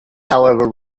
however